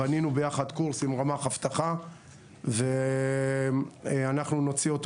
בנינו ביחד קורס עם רמ"ח אבטחה ואנחנו נוציא אותו